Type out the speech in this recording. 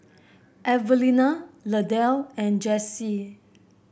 Evelina Lydell and Jace